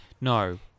No